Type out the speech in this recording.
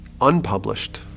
unpublished